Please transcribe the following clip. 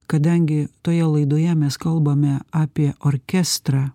kadangi toje laidoje mes kalbame apie orkestrą